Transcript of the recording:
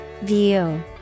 View